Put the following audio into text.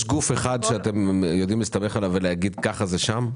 יש גוף אחד שאתם יודעים להסתמך עליו ולהגיד שכך זה שם?